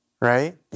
Right